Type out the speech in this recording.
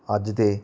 ਅੱਜ ਦੀ